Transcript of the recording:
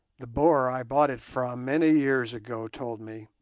the boer i bought it from many years ago told me,